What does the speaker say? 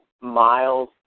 miles